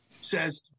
says